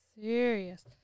serious